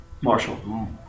Marshall